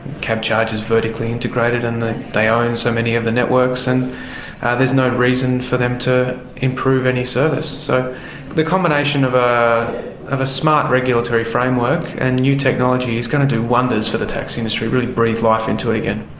cabcharge is vertically integrated and they own so many of the networks and there's no reason for them to improve any service. so the combination of ah of a smart regulatory framework and new technology is going to do wonders for the taxi industry, really breathe life into it again.